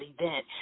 event